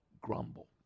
grumble